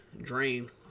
drain